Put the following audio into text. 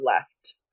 left